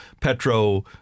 Petro